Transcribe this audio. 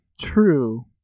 True